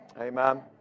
Amen